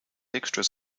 extras